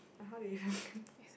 like how they